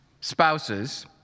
Spouses